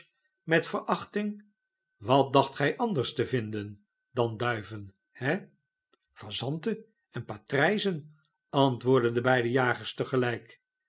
met verachting wat dacht gij anders te vinden dan duiven he pazanten en patrijzen antwoordden de beide jagers tegelijk